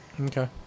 okay